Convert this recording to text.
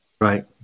Right